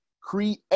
create